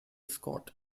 scott